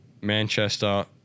Manchester